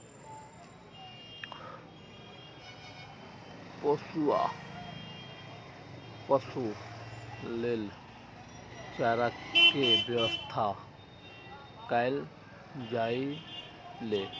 पोसुआ पशु लेल चारा के व्यवस्था कैल जाइ छै